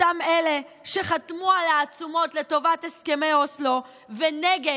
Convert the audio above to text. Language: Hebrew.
אותם אלה שחתמו על העצומות לטובת הסכמי אוסלו ונגד,